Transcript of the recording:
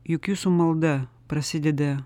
juk jūsų malda prasideda